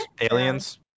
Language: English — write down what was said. aliens